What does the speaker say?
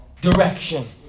direction